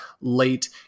late